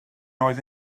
oedd